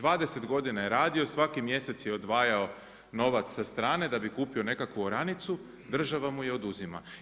20 godina je radio, svaki mjesec je odvajao novac sa strane da bi kupio nekakvu oranicu, država mu je oduzima.